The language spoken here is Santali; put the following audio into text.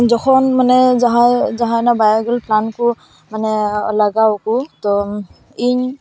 ᱡᱚᱠᱷᱚᱱ ᱢᱟᱱᱮ ᱡᱟᱦᱟᱭ ᱡᱟᱦᱟᱭ ᱵᱟᱭᱳ ᱜᱮᱞ ᱯᱞᱟᱱᱴ ᱠᱚ ᱢᱟᱱᱮ ᱞᱟᱜᱟᱣ ᱟᱠᱩ ᱛᱳ ᱤᱧ